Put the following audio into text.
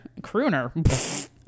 crooner